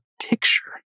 picture